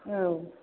औ